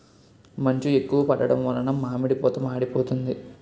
మంచు ఎక్కువ పడడం వలన మామిడి పూత మాడిపోతాంది